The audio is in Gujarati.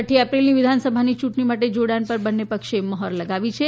છઠ્ઠી એપ્રિલની વિધાનસભાની ચૂંટણીઓ માટે જોડાણ પર બન્ને પક્ષે મહોર લગાવી દીધી છે